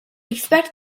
expect